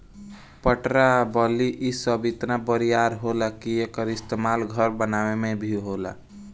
पटरा आ बल्ली इ सब इतना बरियार होला कि एकर इस्तमाल घर बनावे मे भी होला